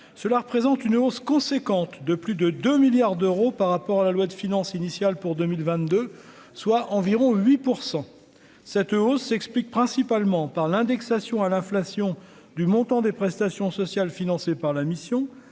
cela représente une hausse conséquente de plus de 2 milliards d'euros par rapport à la loi de finances initiale pour 2022, soit environ 8 % ça te hausse s'explique principalement par l'indexation à l'inflation du montant des prestations sociales financées par la mission,